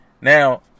now